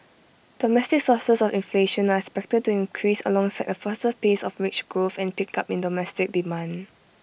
domestic sources of inflation are expected to increase alongside A faster pace of wage growth and pickup in domestic demand